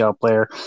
player